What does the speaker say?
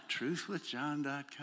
Truthwithjohn.com